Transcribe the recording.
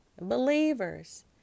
believers